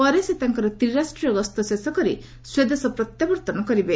ପରେ ସେ ତାଙ୍କର ତ୍ରିରାଷ୍ଟ୍ରୀୟ ଗସ୍ତ ଶେଷ କରି ସ୍ୱଦେଶ ପ୍ରତ୍ୟାବର୍ତ୍ତନ କରିବେ